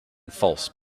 false